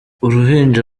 uruhinja